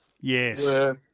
Yes